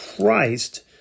Christ